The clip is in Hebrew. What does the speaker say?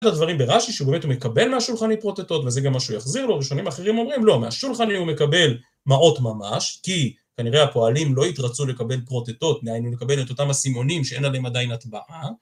את הדברים ברש"י, שהוא באמת מקבל מהשולחני פרוטטות, וזה גם מה שהוא יחזיר לו, ראשונים אחרים אומרים, לא, מהשולחני הוא מקבל מעות ממש, כי כנראה הפועלים לא התרצו לקבל פרוטטות, דהיינו לקבל את אותם אסימונים שאין עליהם עדיין הטבעה.